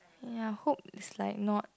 ya hope it's like not